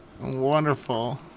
Wonderful